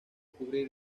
cubrir